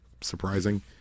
surprising